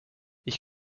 ich